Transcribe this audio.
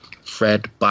Fred